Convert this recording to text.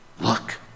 Look